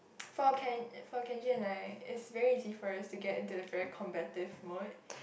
for Ken for Kenji and I it's very easy for us to get into very competitive mode